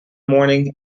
morning